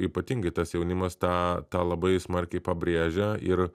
ypatingai tas jaunimas tą tą labai smarkiai pabrėžia ir